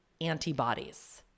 antibodies